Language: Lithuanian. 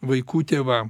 vaikų tėvam